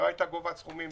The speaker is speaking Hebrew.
היא לא הייתה גובה הסכומים.